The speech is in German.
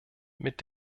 mit